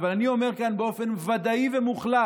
אבל אני אומר כאן באופן ודאי ומוחלט,